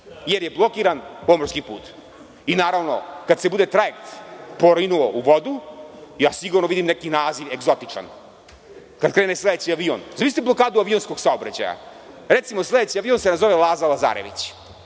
jer je blokiran pomorski put. Naravno, kad se bude trajekt porinuo u vodu, ja sigurno vidim neki egzotičan naziv. Zamislite blokadu avionskog saobraćaja. Recimo, sledeći avion se nazove „Laza Lazarević“.